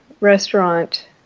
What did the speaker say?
restaurant